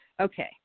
okay